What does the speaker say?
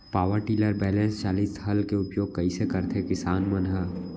Power tiller बैलेंस चालित हल के उपयोग कइसे करथें किसान मन ह?